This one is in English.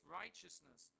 righteousness